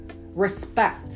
respect